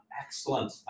excellent